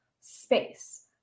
space